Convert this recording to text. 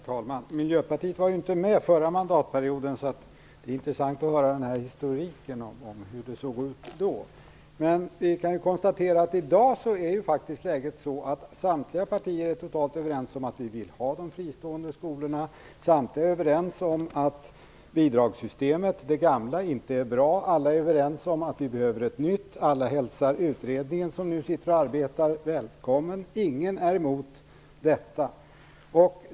Herr talman! Miljöpartiet var inte med förra mandatperioden, så det är intressant att höra historiken över hur det såg ut då. Vi kan konstatera att läget i dag är så, att vi i samtliga partier är totalt överens om att vi vill ha de fristående skolorna. Samtliga är överens om att det gamla bidragssystemet inte är bra. Alla är överens om att vi behöver ett nytt. Alla hälsar utredningen som nu sitter och arbetar välkommen. Ingen är emot detta.